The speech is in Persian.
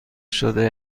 شده